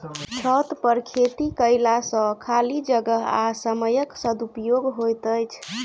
छतपर खेती कयला सॅ खाली जगह आ समयक सदुपयोग होइत छै